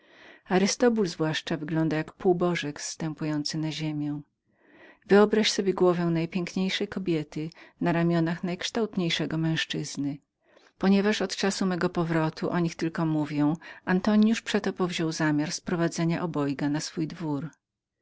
arystobul zwłaszcza wygląda jak półbożek zstępujący na ziemię wyobraź sobie głowę najpiękniejszej kobiety na ramionach najkształtniejszego męzczyzny ponieważ od czasu mego powrotu o nich tylko mówię antonius przeto powziął zamiar sprowadzenia obojga na swój dwór